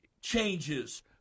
changes